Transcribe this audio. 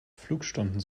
flugstunden